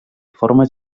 formes